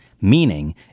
meaning